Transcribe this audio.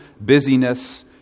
busyness